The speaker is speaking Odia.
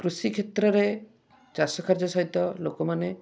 କୃଷି କ୍ଷେତ୍ରରେ ଚାଷ କାର୍ଯ୍ୟ ସହିତ ଲୋକମାନେ